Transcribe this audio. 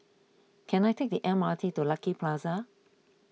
can I take the M R T to Lucky Plaza